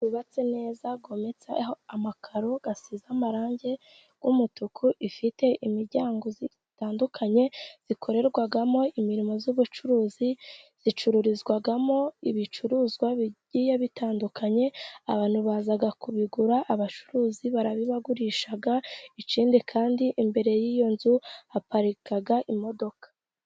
inzu yubatse neza, yometseho amakaro, isize amarangi y'umutuku, ifite imiryango itandukanye ikorerwagamo imirimo y'ubucuruzi, icururizwamo ibicuruzwa bigiye bitandukanye, abantu baza kubigura, abacuruzi barabibagurisha ikindi kandi imbere y'iyo nzu haparika imodoka.